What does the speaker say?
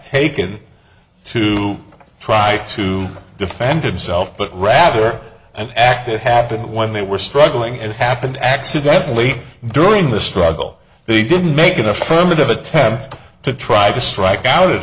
taken to try to defend himself but rather an act it happened when they were struggling and it happened accidentally during the struggle he didn't make an affirmative attempt to try to strike out